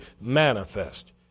manifest